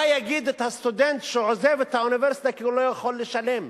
מה יגיד הסטודנט שעוזב את האוניברסיטה כי הוא לא יכול לשלם?